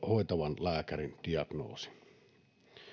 hoitavan lääkärin diagnoosi